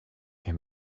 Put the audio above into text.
him